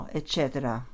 eccetera